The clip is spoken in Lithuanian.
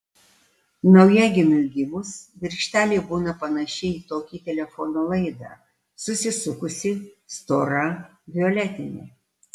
naujagimiui gimus virkštelė būna panaši į tokį telefono laidą susisukusi stora violetinė